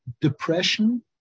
Depression